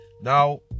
Now